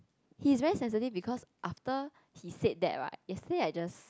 he's very sensitive because after he said that right yesterday I just